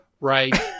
Right